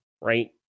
right